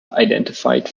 identified